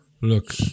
Look